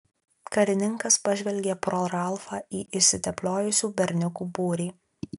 karininkas pažvelgė pro ralfą į išsitepliojusių berniukų būrį